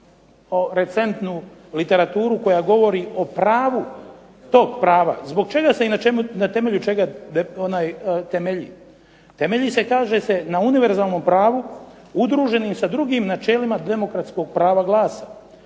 recentnu literaturu koja govori o pravu tog prava, zbog čega se i na temelju čega temelji. Temelji se kaže se na univerzalnom pravu udruženi sa drugim načelnima demokratskog prava glasa,